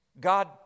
God